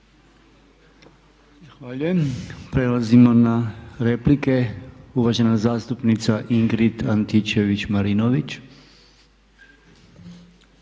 Hvala.